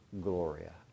gloria